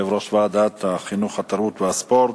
יושב-ראש ועדת החינוך, התרבות והספורט.